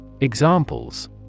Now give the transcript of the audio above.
Examples